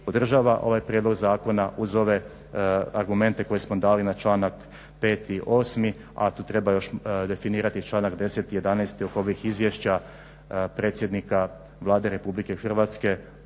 podržava ovaj prijedlog zakona uz ove argumente koji smo dali na članak 5.i 8., a tu treba još definirati i članak 10., 11.oko ovih izvješća predsjednika Vlade RH dva